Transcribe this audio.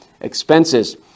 expenses